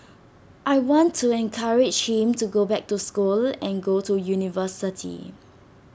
I want to encourage him to go back to school and go to university